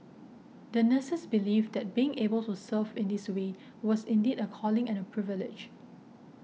the nurses believed that being able to serve in this way was indeed a calling and a privilege